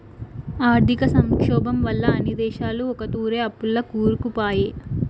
ఆర్థిక సంక్షోబం వల్ల అన్ని దేశాలు ఒకతూరే అప్పుల్ల కూరుకుపాయే